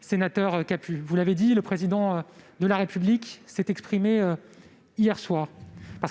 sénateur Capus, le Président de la République s'est exprimé hier soir :